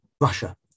Russia